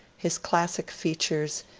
his classic features,